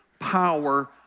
power